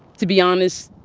to be honest